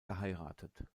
geheiratet